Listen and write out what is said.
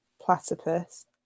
platypus